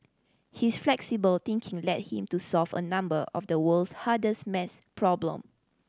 his flexible thinking led him to solve a number of the world's hardest maths problem